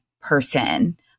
person